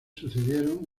sucedieron